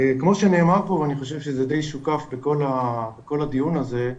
כמו שאני אמרתי ואני חושב שזה די שוקף בכל הדיון הזה,